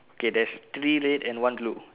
okay there's three red and one blue